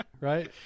right